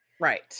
Right